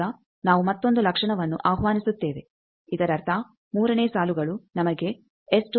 ಈಗ ನಾವು ಮತ್ತೊಂದು ಲಕ್ಷಣವನ್ನು ಆಹ್ವಾನಿಸುತ್ತೇವೆ ಇದರರ್ಥ ಮೂರನೇ ಸಾಲುಗಳು ನಮಗೆ ಮತ್ತು ಗಳನ್ನು ನೀಡುತ್ತವೆ